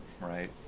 right